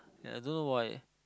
ya I don't know why